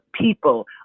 people